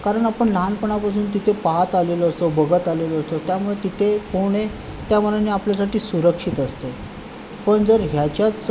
कारण आपण लहानपणापासून तिथे पाहत आलेलो असतो बघत आलेलो असतो त्यामुळे तिथे पोहणे त्या मनाने आपल्यासाठी सुरक्षित असते पण जर ह्याच्याच